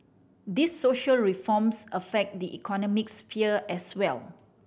these social reforms affect the economic sphere as well